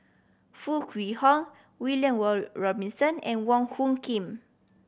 Foo Kwee Horng William Robinson and Wong Hung Khim